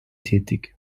tätig